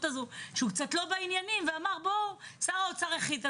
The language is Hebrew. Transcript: הזאת שהוא קצת לא בעניינים וקבע שייכתב שר האוצר החליט.